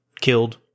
killed